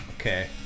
Okay